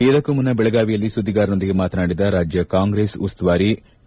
ಇದಕ್ಕೂ ಮುನ್ನ ಬೆಳಗಾವಿಯಲ್ಲಿ ಸುದ್ದಿಗಾರರೊಂದಿಗೆ ಮಾತನಾಡಿದ ರಾಜ್ಯ ಕಾಂಗ್ರೆಸ್ ಉಸ್ತುವಾರಿ ಕೆ